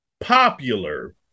popular